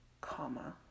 comma